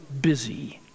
busy